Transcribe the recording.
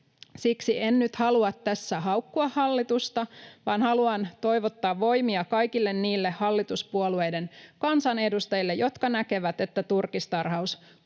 Siksi en nyt halua tässä haukkua hallitusta, vaan haluan toivottaa voimia kaikille niille hallituspuolueiden kansanedustajille, jotka näkevät, että turkistarhaus kuuluu